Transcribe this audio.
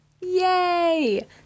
yay